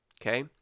Okay